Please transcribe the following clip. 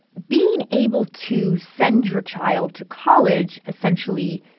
being able to send your child to college, essentially,